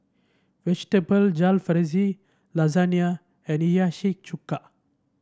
Vegetable Jalfrezi Lasagna and Hiyashi Chuka